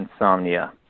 insomnia